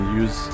use